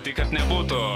tik kad nebūtų